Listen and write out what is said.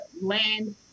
land